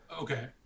Okay